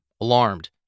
alarmed